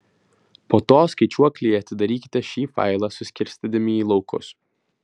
po to skaičiuoklėje atidarykite šį failą suskirstydami į laukus